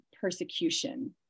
persecution